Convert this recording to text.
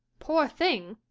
poor thing?